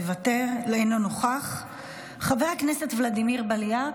אינו נוכח, חבר הכנסת ולדימיר בליאק,